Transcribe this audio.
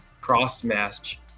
cross-match